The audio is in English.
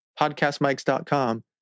podcastmics.com